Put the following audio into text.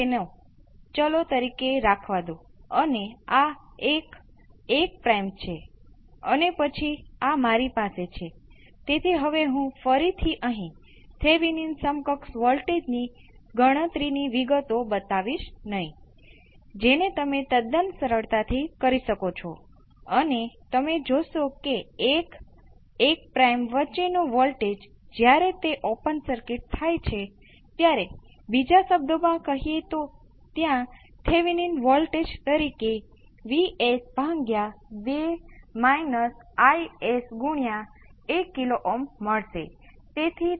તેથી તે કરવા માટે આપણે જે કરવાનું છે તે કહીએ કે કેપેસીટર પરના પ્રારંભિક વોલ્ટેજ V c ના 0 અવશ્ય તે 0 હશે આ અહિયાં V p એક્સપોનેનશીયલ s વખત 0 થસે જે ફક્ત 0 ભાગ્યા 1 SCR V 0 exponential 0 R C છે